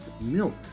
milk